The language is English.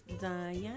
diana